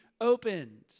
opened